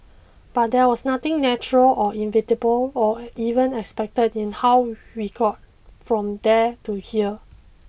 but there was nothing natural or inevitable or even expected in how we got from there to here